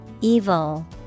Evil